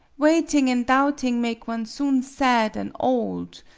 waiting an' doubting make one soon sad an' old.